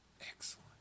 Excellent